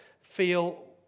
feel